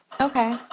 Okay